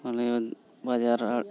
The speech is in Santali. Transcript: ᱚᱸᱰᱮᱦᱚᱸ ᱵᱟᱡᱟᱨ ᱟᱨ